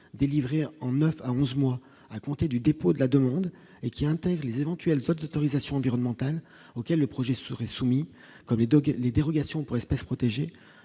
délivré en 9 à 11 mois à compter du dépôt de la demande et qui intègre les éventuelles faute d'autorisation environnementale auxquelles le projet serait soumis comme les Dogues les dérogations pour espèce protégée,